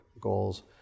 goals